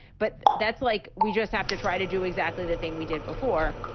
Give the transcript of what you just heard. but that's like we just have to try to do exactly the thing we did before.